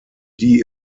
die